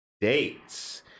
dates